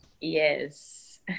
Yes